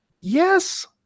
yes